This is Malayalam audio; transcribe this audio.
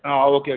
ആ ഓക്കെ ഓക്കെ